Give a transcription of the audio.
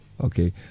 Okay